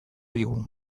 digu